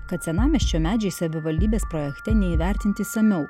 kad senamiesčio medžiai savivaldybės projekte neįvertinti išsamiau